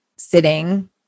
sitting